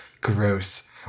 Gross